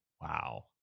Wow